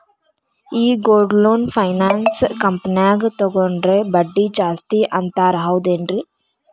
ಈ gold loan finance ಕಂಪನ್ಯಾಗ ತಗೊಂಡ್ರೆ ಬಡ್ಡಿ ಜಾಸ್ತಿ ಅಂತಾರ ಹೌದೇನ್ರಿ?